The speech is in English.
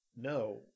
no